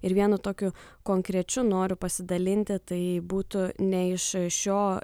ir vienu tokiu konkrečiu noriu pasidalinti tai būtų ne iš šio